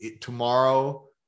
tomorrow